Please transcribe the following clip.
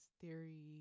theory